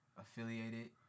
affiliated